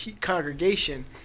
congregation